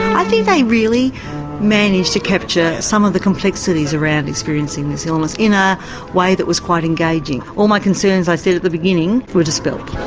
i think they really managed to capture some of the complexities around experiencing this illness in a way that was quite engaging. all my concerns i said at the beginning were dispelled.